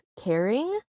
caring